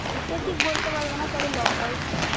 হাইটটা ঠিক বলতে পারবো না তবে লম্বাই ছিলো